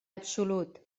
absolut